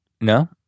No